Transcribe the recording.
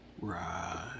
Right